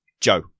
Joe